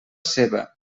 ceba